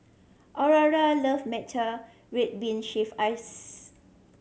Aurora love matcha red bean shaved ice